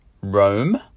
rome